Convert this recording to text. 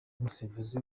umusifuzi